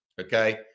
Okay